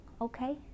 okay